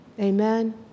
Amen